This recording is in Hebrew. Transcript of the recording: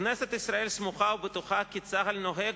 כנסת ישראל סמוכה ובטוחה כי צה"ל נוהג